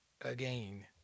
Again